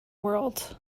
world